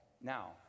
Now